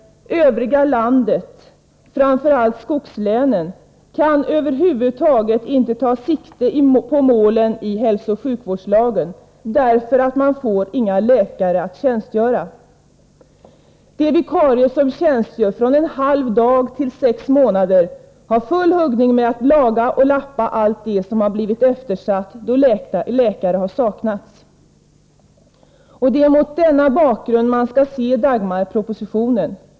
Övriga landet, framför allt skogslänen, kan över huvud taget inte ta sikte på målen i hälsooch sjukvårdslagen, därför att man där inte får några läkare att tjänstgöra. De vikarier som tjänstgör från en halv dag till sex månader har ”full huggning” med att laga och lappa allt det som blivit eftersatt då läkare har saknats. Det är mot denna bakgrund man skall se Dagmar-propositionen.